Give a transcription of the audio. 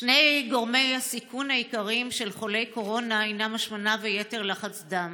שני גורמי הסיכון העיקריים של חולי קורונה הם השמנה ויתר לחץ דם.